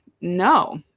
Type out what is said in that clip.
No